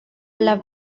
las